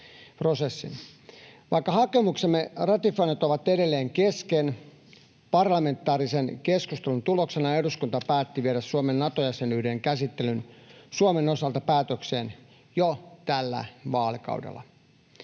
Vaikka hakemuksemme ratifioinnit ovat edelleen kesken, parlamentaarisen keskustelun tuloksena eduskunta päätti viedä Suomen Nato-jäsenyyden käsittelyn Suomen osalta päätökseen jo tällä vaalikaudella.